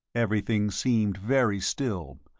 everything seemed very still,